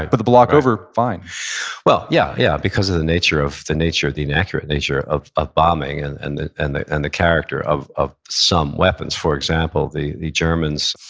but the block over, fine well, yeah, yeah. because of the nature of, the nature of, the inaccurate nature of of bombing and and the and the and character of of some weapons. for example, the the germans,